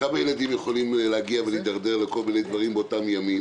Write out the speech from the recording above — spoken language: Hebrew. כמה ילדים יכולים להידרדר באותם ימים?